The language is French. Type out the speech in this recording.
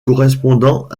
correspondant